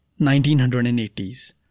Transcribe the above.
1980s